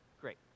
Great